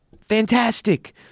Fantastic